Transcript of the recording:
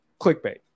Clickbait